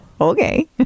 Okay